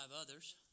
others